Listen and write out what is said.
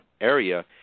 area